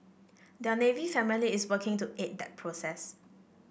their Navy family is working to aid that process